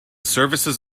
services